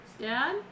Dad